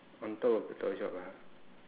on top of the toy shop ah